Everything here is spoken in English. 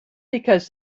because